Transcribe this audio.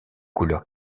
couleur